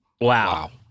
Wow